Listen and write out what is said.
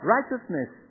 Righteousness